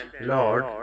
lord